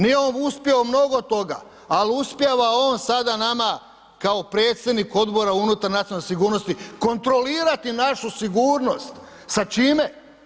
Nije on uspio u mnogo toga, ali uspijeva on sada nama kao predsjednik Odbora unutar nacionalne sigurnosti kontrolirati našu sigurnost, sa čime?